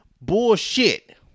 Bullshit